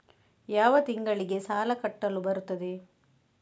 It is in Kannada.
ಯಾವ ತಿಂಗಳಿಗೆ ಸಾಲ ಕಟ್ಟಲು ಬರುತ್ತದೆ?